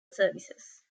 services